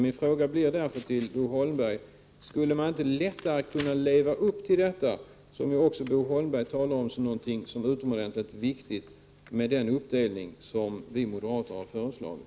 Min fråga till Bo Holmberg blir därför: Skulle man inte lättare kunna leva upp till det som också Bo Holmberg talar om som mycket viktigt, om man genomförde den uppdelning som vi moderater har föreslagit?